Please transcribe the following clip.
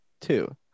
two